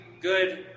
good